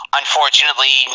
unfortunately